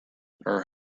her